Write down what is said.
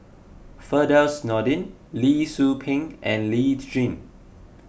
Firdaus Nordin Lee Tzu Pheng and Lee Tjin